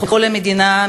מכל המדינה,